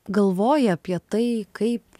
galvoji apie tai kaip